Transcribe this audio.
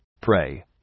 Pray